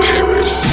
Paris